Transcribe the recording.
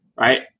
Right